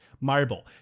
marble